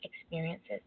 experiences